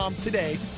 today